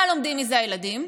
מה לומדים מזה הילדים?